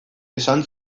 esan